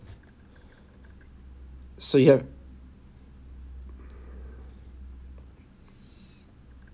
so you have